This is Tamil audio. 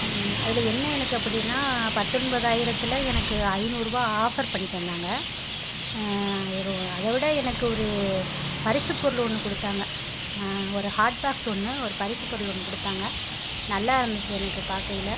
அதில் என்ன எனக்கு அப்படினா பத்தொன்பதாயிரத்தில் எனக்கு ஐநூறுரூபா ஆஃபர் பண்ணி தந்தாங்க அதை விட எனக்கு ஒரு பரிசு பொருள் ஒன்று கொடுத்தாங்க ஒரு ஹாட்பாக்ஸ் ஒன்று ஒரு பரிசு பொருள் ஒன்று கொடுத்தாங்க நல்லாயிருந்துச்சு எனக்கு பார்க்கயில